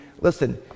listen